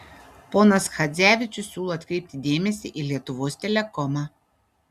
ponas chadzevičius siūlo atkreipti dėmesį į lietuvos telekomą